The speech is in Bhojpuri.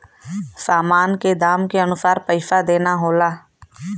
सामान के दाम के अनुसार पइसा देना होला